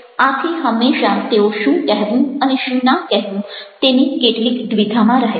આથી હંમેશા તેઓ શું કહેવું અને શું ના કહેવું તેની કેટલીક દ્વિધામાં રહે છે